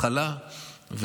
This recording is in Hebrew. שנים רבות,